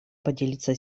поделиться